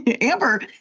Amber